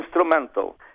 instrumental